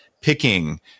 picking